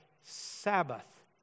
Sabbath